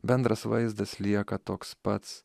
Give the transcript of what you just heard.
bendras vaizdas lieka toks pats